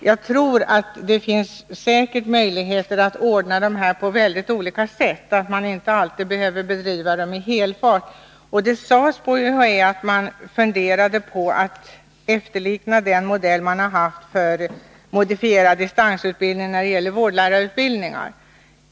Enligt min mening finns det säkert möjlighet att ordna utbildningarna på många olika sätt. Bl. a. borde det inte alltid vara nödvändigt att de bedrivs i helfart. Det sades också från UHÄ att man funderade på att gå in för den modell man har haft för modifierad distansutbildning när det gäller vårdlärarutbildningar.